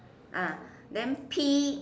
ah then P